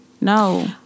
No